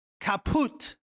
caput